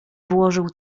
włożył